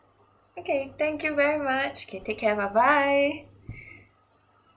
okay thank you very much K take care bye bye